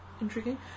Intriguing